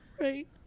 Right